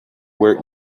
where